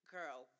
Girl